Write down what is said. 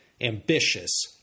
ambitious